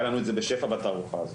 היה לנו את זה בשפע בתערוכה הזו.